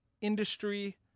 industry